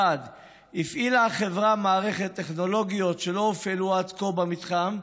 1. הפעילה החברה מערכות טכנולוגיות שלא הופעלו עד כה במתחם,